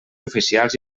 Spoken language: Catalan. oficials